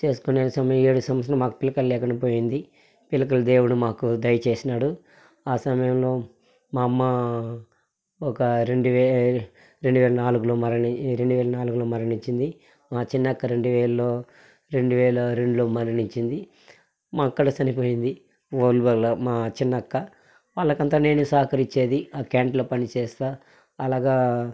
పెళ్లి చేసుకునేసి ఏడు సంవత్సరాల పాటు మాకు పిల్లకాయలు లేకుండా పోయింది పిల్లకాయలు మాకు దేవుడు మాకు దయచేసినాడు ఆ సమయంలో మా అమ్మ ఒక రెండు వే రెండు వేల నాలుగులో మరి రెండు వేల నాలుగులో మరణించింది మా చిన్నక్క రెండు వేలులో రెండు వేల రెండులో మరణించింది మా అక్క కూడా చనిపోయింది ఒళ్ళు వల్ల మా చిన్నక్క వాళ్ళకంతా నేనే సహకరించేది క్యాంటీన్లో పని చేస్తా అలాగా